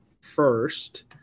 first